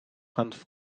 hanf